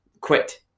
quit